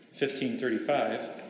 1535